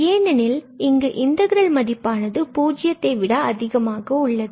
ஏனெனில் இங்கு இன்டெகிரல் மதிப்பானது பூஜ்ஜியத்தையை விட அதிகமாக உள்ளது